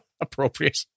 Appropriate